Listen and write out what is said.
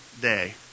day